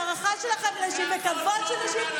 אתם מדברים על נשים וההערכה שלכם לנשים וכבוד לנשים?